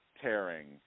tearing